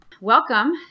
Welcome